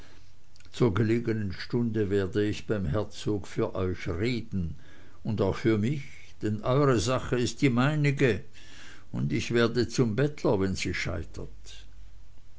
zur gelegenen stunde werde ich beim herzog für euch reden und auch für mich denn eure sache ist die meinige und ich werde zum bettler wenn sie scheitert